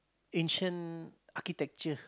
ancient architecture